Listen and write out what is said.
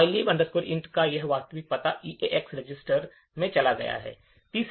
तो mylib int का यह वास्तविक पता EAX रजिस्टर में चला गया है